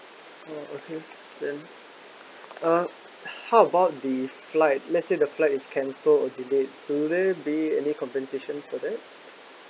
orh okay then uh how about the flight let's say the flight is cancelled or delayed would there be any compensation for that